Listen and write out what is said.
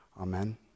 amen